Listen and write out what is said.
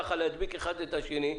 למה ככה להדביק אחד את השני?